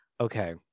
Okay